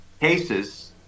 cases